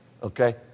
Okay